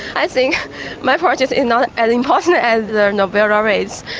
i think my project is not as important as the nobel laureates',